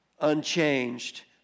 unchanged